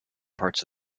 parts